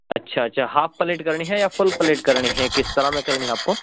اچھا اچھا half plate کرنی ہے یا فل پلیٹ کرنی ہے کس طرح میں کرنی ہے آپ کو